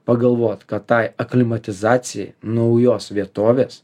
pagalvot kad tai aklimatizacijai naujos vietovės